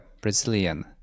Brazilian